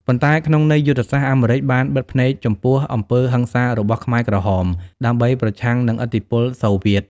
ប៉ុន្តែក្នុងន័យយុទ្ធសាស្ត្រ អាមេរិកបានបិទភ្នែកចំពោះអំពើហិង្សារបស់ខ្មែរក្រហមដើម្បីប្រឆាំងនឹងឥទ្ធិពលសូវៀត។